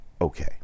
okay